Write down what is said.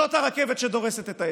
זאת הרכבת שדורסת את העסק.